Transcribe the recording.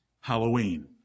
Halloween